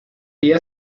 día